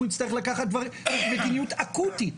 נצטרך לקחת את הדברים למדיניות אקוטית,